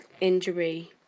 injury